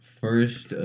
first